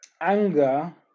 Anger